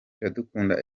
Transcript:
iradukunda